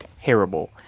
terrible